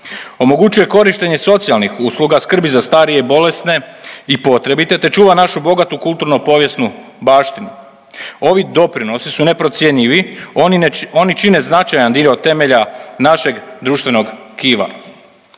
Omogućuje korištenje socijalnih usluga, skrbi za starije i bolesne i potrebite te čuva našu bogatu kulturno povijesnu baštinu. Ovi doprinosi su neprocjenjivi, oni čine značajan dio temelja našeg društvenog tkiva.